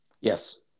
Yes